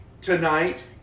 tonight